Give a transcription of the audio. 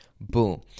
Boom